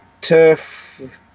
turf